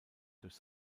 durch